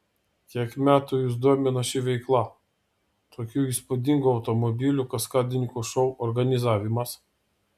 kiek metų jus domina ši veikla tokių įspūdingų automobilių kaskadininkų šou organizavimas